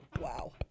Wow